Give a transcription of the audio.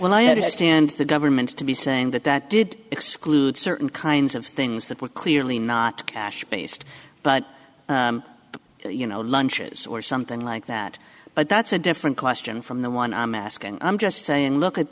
when i understand the government to be saying that that did exclude certain kinds of things that were clearly not cash based but you know lunches or something like that but that's a different question from the one i'm asking i'm just saying look at